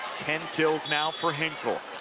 ten kills now for hinkle.